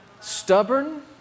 stubborn